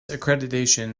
accreditation